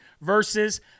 versus